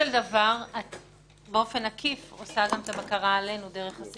ש': באופן עקיף עושים את הבקרה עלינו דרך הסעיף הזה.